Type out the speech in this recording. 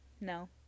No